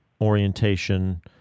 orientation